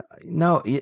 No